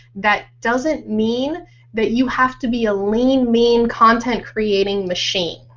that doesn't mean that you have to be a lean mean content creating machine.